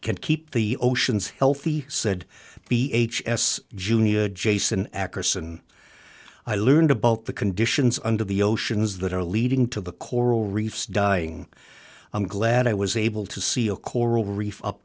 can keep the oceans healthy said be h s jr jason akerson i learned about the conditions under the oceans that are leading to the coral reefs dying i'm glad i was able to see a coral reef up